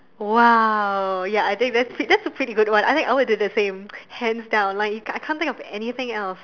!wow! ya I think that's that's a pretty good one I think I would do the same hands down like I can't think of anything else